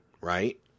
right